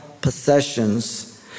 possessions